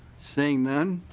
seeing none